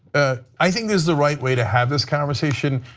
ah i think this is the right way to have this conversation.